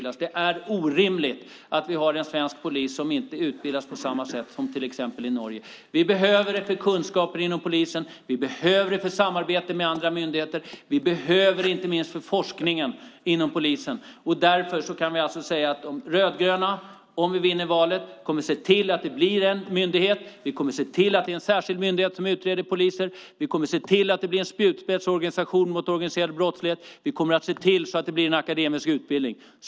Det är orimligt att poliser i Sverige inte utbildas på samma sätt som poliser i till exempel Norge. Vi behöver det för kunskaper inom polisen. Vi behöver det för samarbete med andra myndigheter. Vi behöver det inte minst för forskningen inom polisen. Om vi rödgröna vinner valet kommer vi att se till att det blir en särskild myndighet som utreder poliser, att det blir en spjutspetsorganisation mot organiserad brottslighet och att det blir en akademisk utbildning för poliser.